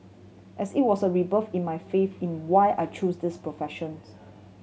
as it was a rebirth in my faith in why I choose this professions